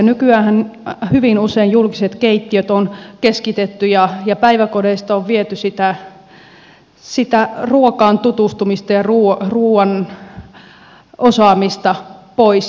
nykyäänhän hyvin usein julkiset keittiöt on keskitetty ja päiväkodeista on viety sitä ruokaan tutustumista ja ruuan osaamista pois